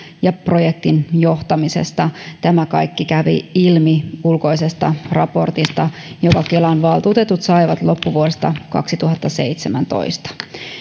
ja projektin johtamisessa tämä kaikki kävi ilmi ulkoisesta raportista jonka kelan valtuutetut saivat loppuvuodesta kaksituhattaseitsemäntoista